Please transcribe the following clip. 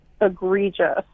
egregious